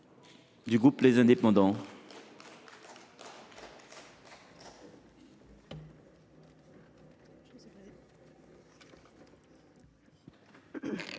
Le groupe Les Indépendants